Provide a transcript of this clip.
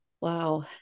Wow